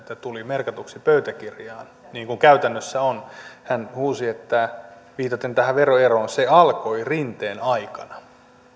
tulleen merkatuksi pöytäkirjaan niin kuin käytäntö on ja hän huusi viitaten tähän veroeroon se alkoi rinteen aikana